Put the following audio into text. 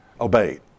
obeyed